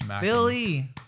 Billy